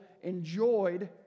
enjoyed